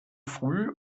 früh